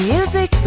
Music